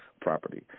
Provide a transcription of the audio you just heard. property